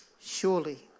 Surely